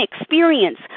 experience